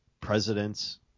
presidents